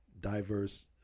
diverse